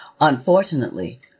Unfortunately